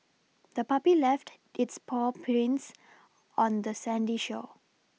the puppy left its paw prints on the sandy shore